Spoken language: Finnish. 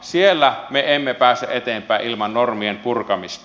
siellä me emme pääse eteenpäin ilman normien purkamista